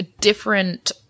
different